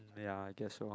ya I guess so